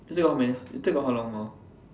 you still got how many you still got how long more